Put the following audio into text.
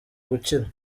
gukira